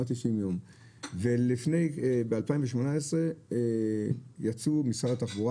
עד 90 יום וב-2018 יצאו ממשרד התחבורה